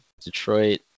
detroit